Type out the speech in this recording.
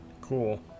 Cool